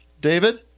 David